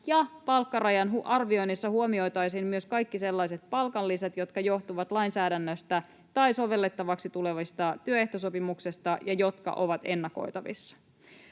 palkkarajan arvioinnissa huomioitaisiin myös kaikki sellaiset palkanlisät, jotka johtuvat lainsäädännöstä tai sovellettavaksi tulevasta työehtosopimuksesta ja jotka ovat ennakoitavissa.